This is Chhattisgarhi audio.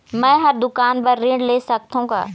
मैं हर दुकान बर ऋण ले सकथों का?